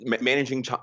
managing